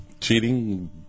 Cheating